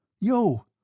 Yo